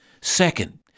Second